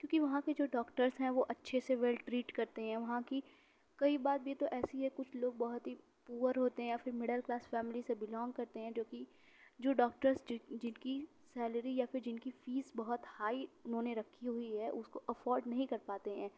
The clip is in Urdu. کیونکہ وہاں کے جو ڈاکٹرس ہیں وہ اچھے سے ویل ٹریٹ کرتے ہیں وہاں کی کئی بات بھی تو ایسی ہے کچھ لوگ بہت ہی پُوور ہوتے ہیں یا پھر مِڈل کلاس فیملی سے بلانگ کرتے ہیں جو کہ جو ڈاکٹرس جِن کی سیلری یا پھر جِن کی فِیس بہت ہائی اُنہوں نے رکھی ہوئی ہے اُس کو افورڈ نہیں کر پاتے ہیں